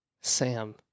Sam